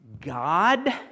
God